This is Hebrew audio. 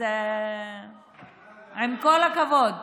עם כל הכבוד,